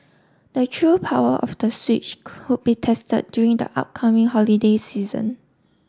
the true power of the Switch could be tested during the upcoming holiday season